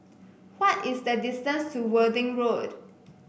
why is the distance to Worthing Road